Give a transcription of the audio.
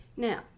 Now